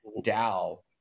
DAO